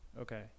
Okay